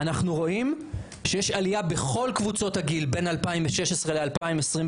אנחנו רואים שיש עלייה בכל קבוצות הגיל בין 2016 ל-2022.